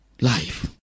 life